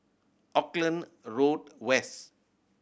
Auckland Road West